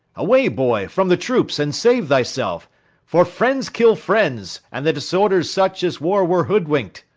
away, boy, from the troops, and save thyself for friends kill friends, and the disorder's such as war were hoodwink'd.